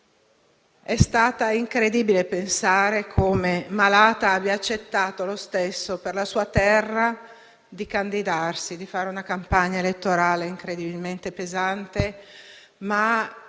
È stato incredibile pensare come, malata, abbia accettato lo stesso, per la sua terra, di candidarsi e fare una campagna elettorale molto pesante.